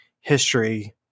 history